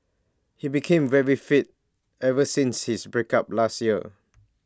he became very fit ever since his break up last year